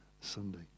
sunday